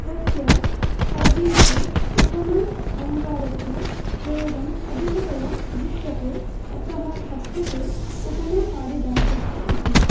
तस्य काव्येषु उपमा अलङ्कारस्य प्रयोगः अधिकतया दृश्यते अतः कथ्यते उपमा कालिदासस्य इति